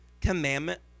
commandment